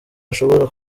ashobora